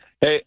Hey